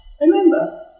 Remember